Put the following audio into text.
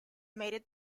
mated